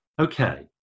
Okay